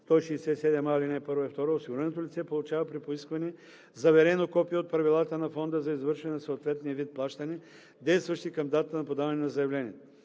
чл. 167а, ал. 1 и 2 осигуреното лице получава при поискване заверено копие от правилата на фонда за извършване на съответния вид плащане, действащи към датата на подаване на заявлението.